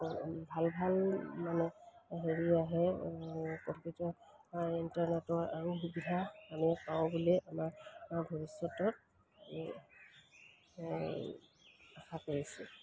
ভাল ভাল মানে হেৰি আহে প্ৰকৃত ইণ্টাৰনেটৰ আৰু সুবিধা আমি পাওঁ বুলি আমাৰ ভৱিষ্যতত এই এই আশা কৰিছোঁ